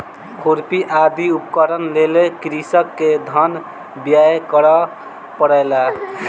खुरपी आदि उपकरणक लेल कृषक के धन व्यय करअ पड़लै